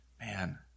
Man